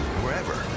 wherever